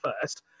first